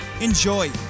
Enjoy